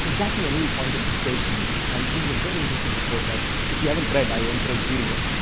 so jackie o'neill pointed this page to me. and this is a very interesting report that if you haven't read i encourage reading it.